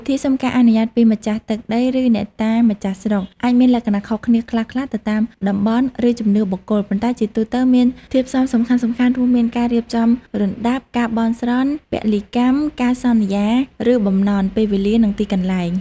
វិធីសុំការអនុញ្ញាតពីម្ចាស់ទឹកដី ឬអ្នកតាម្ចាស់ស្រុក អាចមានលក្ខណៈខុសគ្នាខ្លះៗទៅតាមតំបន់ ឬជំនឿបុគ្គល ប៉ុន្តែជាទូទៅមានធាតុផ្សំសំខាន់ៗរួមគ្នា ការរៀបចំរណ្តាប់ ការបន់ស្រន់ ពលីកម្ម ការសន្យា ឬបំណន់ ពេលវេលា និងទីកន្លែង។